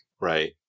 Right